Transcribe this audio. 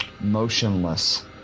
motionless